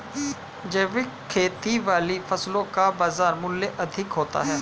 जैविक खेती वाली फसलों का बाजार मूल्य अधिक होता है